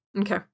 Okay